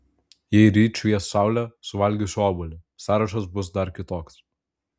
jei ryt švies saulė suvalgysiu obuolį sąrašas bus dar kitoks